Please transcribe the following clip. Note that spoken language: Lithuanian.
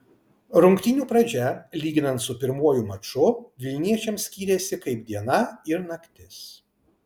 rungtynių pradžia lyginant su pirmuoju maču vilniečiams skyrėsi kaip diena ir naktis